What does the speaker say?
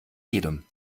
jedem